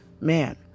man